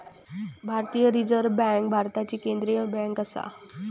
भारतीय reserve bank भारताची केंद्रीय बँक आसा